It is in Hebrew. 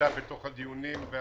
הייתה בתוך הדיונים.